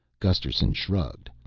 gusterson shrugged.